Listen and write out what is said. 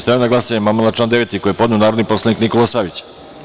Stavljam na glasanje amandman na član 9. koji je podneo narodni poslanik Nikola Savić.